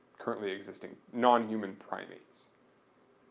currently existing, non-human primates